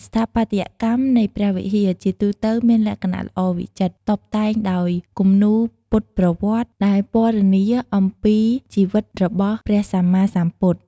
ស្ថាបត្យកម្មនៃព្រះវិហារជាទូទៅមានលក្ខណៈល្អវិចិត្រ តុបតែងដោយ គំនូរពុទ្ធប្រវត្តិ ដែលពណ៌នាអំពីជីវិតរបស់ព្រះសម្មាសម្ពុទ្ធ។